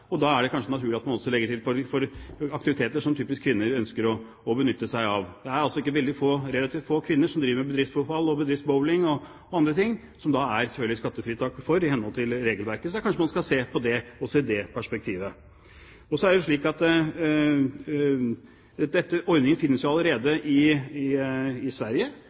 og da er det kanskje naturlig at man også legger til rette for aktiviteter som spesielt kvinner ønsker å benytte seg av. Det er relativt få kvinner som driver med bedriftsfotball og bedriftsbowling og andre ting, som det selvfølgelig er skattefritak for i henhold til regelverket, så kanskje man skal se på dette også i det perspektivet. Ordningen finnes jo allerede i sosialdemokratiske Sverige